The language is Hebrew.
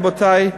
רבותי,